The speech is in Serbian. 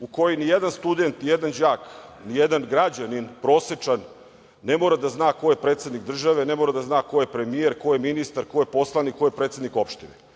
u kojoj ni jedan student, ni jedan đak, ni jedan građanin prosečan ne mora da zna ko je predsednik države, ne mora da zna ko je premijer, ko je ministar, ko je poslanik, ko je predsednik opštine.